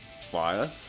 Fire